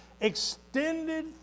extended